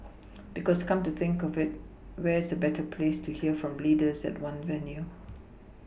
because come to think of it where's a better place to hear from leaders at one venue